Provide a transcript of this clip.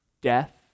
death